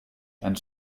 and